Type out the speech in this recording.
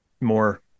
more